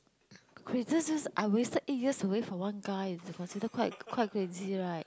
crazy this is I wasted eight years away for one guy is considered quite quite crazy right